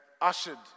ushered